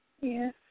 Yes